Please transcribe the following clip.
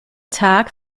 tag